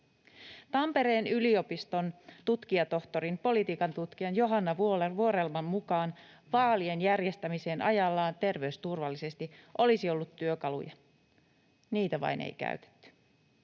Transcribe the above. Tampereen yliopiston tutkijatohtorin, politiikan tutkija Johanna Vuorelman mukaan vaalien järjestämiseen ajallaan terveysturvallisesti olisi ollut työkaluja, niitä vain ei käytetty.